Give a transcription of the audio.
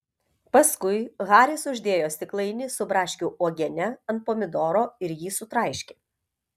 paskui haris uždėjo stiklainį su braškių uogiene ant pomidoro ir jį sutraiškė